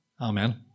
Amen